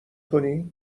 کنی